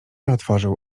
otworzył